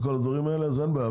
אין בעיה,